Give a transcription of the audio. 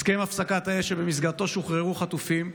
הסכם הפסקת האש שבמסגרתו שוחררו חטופים,